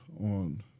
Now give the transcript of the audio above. on